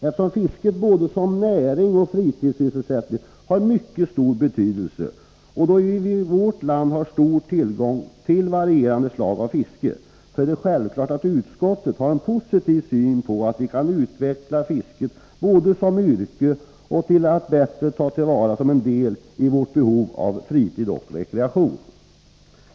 Eftersom fisket både som näring och som fritidssysselsättning har mycket stor betydelse och då vi i vårt land har stor tillgång till varierande slag av fiske, är det självklart att utskottet har en positiv syn på att utveckla fisket både som näring och som en del av vår fritidssysselsättning och rekreation.